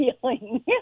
feeling